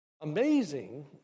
amazing